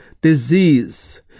disease